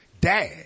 dad